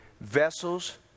Vessels